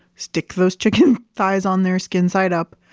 stick those chicken thighs on there skin side up,